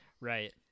right